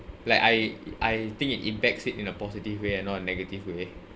like I I think it impacts it in a positive way and not in negative way